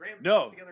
no